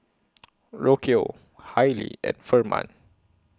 Rocio Hailee and Ferman